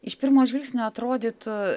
iš pirmo žvilgsnio atrodytų